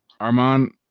Armand